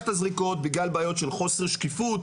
את הזריקות בגלל בעיות של חוסר שקיפות,